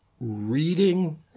reading